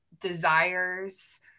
desires